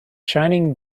shining